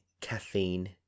caffeine